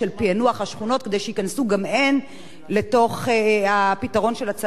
השכונות כדי שייכנסו גם הם לתוך הפתרון של הצהרונים,